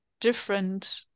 different